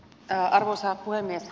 arvoisa puhemies